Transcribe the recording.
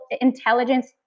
intelligence